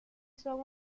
son